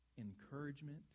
encouragement